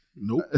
Nope